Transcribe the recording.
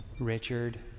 Richard